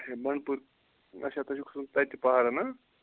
اچھا بَنڈٕپورِ اچھا تۄہہِ چھو کھَسُن تَتہِ تہٕ پَہاڑَن ہاں